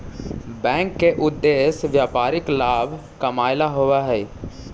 bank के उद्देश्य व्यापारिक लाभ कमाएला होववऽ हइ